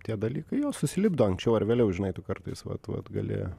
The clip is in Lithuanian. tie dalykai jo susilipdo anksčiau ar vėliau žinai tu kartais vat vat gali